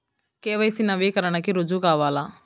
KYC నవీకరణకి రుజువు కావాలా?